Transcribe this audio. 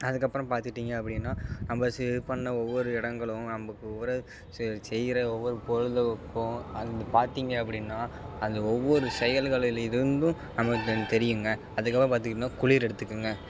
அதுக்கப்புறம் பார்த்துட்டீங்க அப்படின்னா நம்ப சி இது பண்ண ஒவ்வொரு இடங்களும் நமக்கு ஒரு செய் செய்கிற ஒவ்வொரு கோள்களுக்கும் அது பார்த்தீங்க அப்படின்னா அந்த ஒவ்வொரு செயல்களில் இருந்தும் நம்மளுக்கு தெரியுங்க அதுக்கப்புறம் பார்த்தீங்கன்னா குளிர் எடுத்துக்குங்க